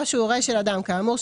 או שהוא הורה של אדם כאמור,